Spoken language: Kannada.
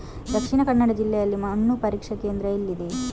ದಕ್ಷಿಣ ಕನ್ನಡ ಜಿಲ್ಲೆಯಲ್ಲಿ ಮಣ್ಣು ಪರೀಕ್ಷಾ ಕೇಂದ್ರ ಎಲ್ಲಿದೆ?